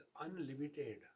unlimited